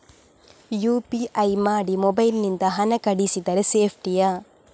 UPI ಮಾಡಿ mobile ನಿಂದ ಹಣ ಕಳಿಸಿದರೆ ಸೇಪ್ಟಿಯಾ?